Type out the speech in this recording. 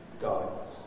God